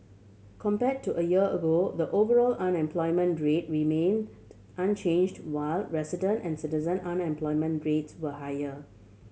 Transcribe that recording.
compare to a year ago the overall unemployment rate remain unchanged while resident and citizen unemployment rates were higher